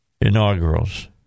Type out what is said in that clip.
inaugurals